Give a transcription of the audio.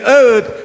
earth